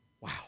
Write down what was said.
Wow